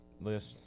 list